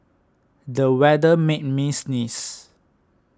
the weather made me sneeze